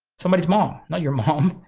somebody's mom, not your mom.